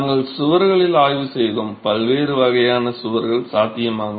நாங்கள் சுவர்களை ஆய்வு செய்தோம் பல்வேறு வகையான சுவர்கள் சாத்தியமாகும்